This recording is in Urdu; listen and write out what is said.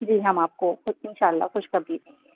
جی ہم آپ کو خود اِنشاء اللہ خوشخبری دیں گے